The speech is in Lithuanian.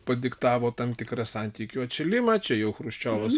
padiktavo tam tikrą santykių atšilimą čia jau chruščiovas